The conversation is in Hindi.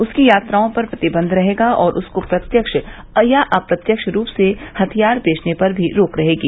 उसकी यात्राओं पर प्रतिबंध रहेगा और उसको प्रत्यक्ष या अप्रत्यक्ष रूप से हथियार बेचने पर भी रोक रहेगी